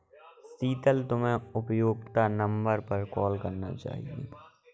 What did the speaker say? शीतल, तुम्हे उपभोक्ता नंबर पर कॉल करना चाहिए